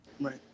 Right